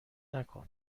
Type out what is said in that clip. نکن